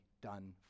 done